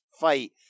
fight